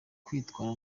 kwitwara